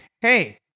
Hey